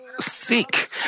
seek